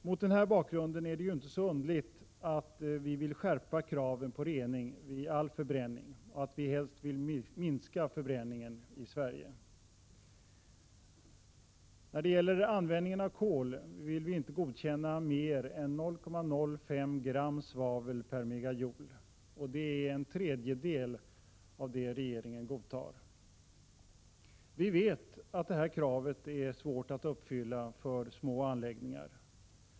Mot den här bakgrunden är det inte så underligt att vi vill skärpa kraven på rening vid all förbränning och att vi helst vill minska förbränningen i Sverige. Vid användning av kol vill vi inte godkänna utsläpp med mer än 0,05 gram svavel per megajoule, dvs. en tredjedel av det regeringen godtar. Vi vet att detta krav är svårt att uppfylla för små anläggningar.